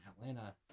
Atlanta